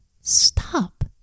Stop